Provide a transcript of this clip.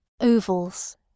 ovals